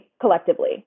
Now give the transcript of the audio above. collectively